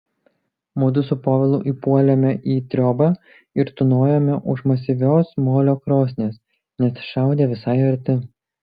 mudu su povilu įpuolėme į triobą ir tūnojome už masyvios molio krosnies nes šaudė visai arti